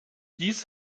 dies